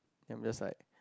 then I'm just like